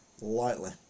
lightly